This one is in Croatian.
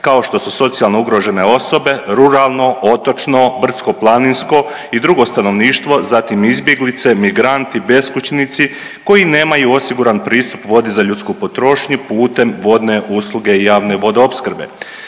kao što su socijalno ugrožene osobe, ruralno, otočno, brdsko-planinsko i drugo stanovništvo zatim izbjeglice, migranti, beskućnici koji nemaju osiguran pristup vodi za ljudsku potrošnju putem vodne usluge i javne vodoopskrbe.